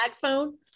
phone